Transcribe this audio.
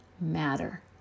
matter